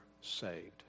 saved